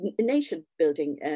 nation-building